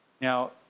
Now